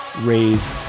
raise